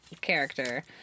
character